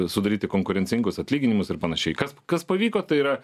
sudaryti konkurencingus atlyginimus ir panašiai kas kas pavyko tai yra